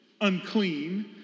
unclean